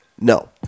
No